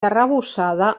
arrebossada